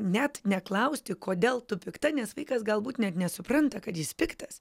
net neklausti kodėl tu pikta nes vaikas galbūt net nesupranta kad jis piktas